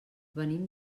venim